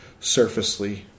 surfacely